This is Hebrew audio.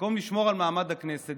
במקום לשמור על מעמד הכנסת,